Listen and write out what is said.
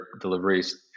deliveries